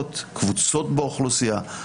קבוצות באוכלוסייה.